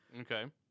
Okay